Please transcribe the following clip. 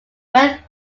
brett